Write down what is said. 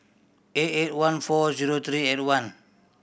eight eight one four zero three eight one